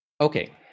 Okay